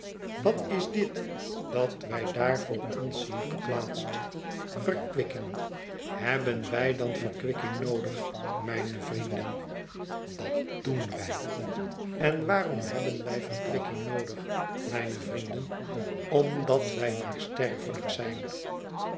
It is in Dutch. wat is dit dat wij daar voor ons zien geplaatst verkwikking hebben wij dan verkwikking noodig mijne vrienden dat doen wij en waarom hebben wij verkwikking noodig mijne vrienden omdat wij maar sterfelijk zijn